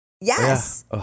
Yes